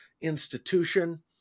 institution